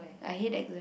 I hate exam